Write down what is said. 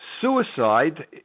Suicide